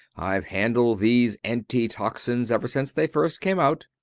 ive handled these anti-toxins ever since they first came out.